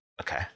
okay